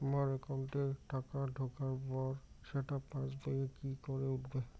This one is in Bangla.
আমার একাউন্টে টাকা ঢোকার পর সেটা পাসবইয়ে কি করে উঠবে?